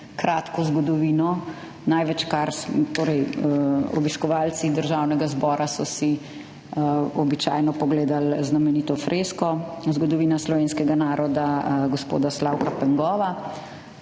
kratko zgodovino. Obiskovalci Državnega zbora so si običajno pogledali znamenito fresko zgodovina slovenskega naroda gospoda Slavka Pengova,